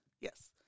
Yes